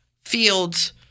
fields